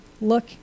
look